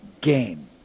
game